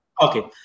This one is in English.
Okay